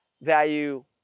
value